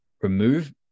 remove